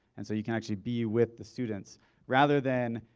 and so you can actually be with the students rather than,